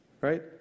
Right